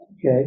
okay